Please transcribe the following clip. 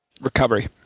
Recovery